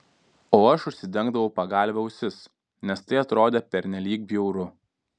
o aš užsidengdavau pagalve ausis nes tai atrodė pernelyg bjauru